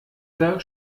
der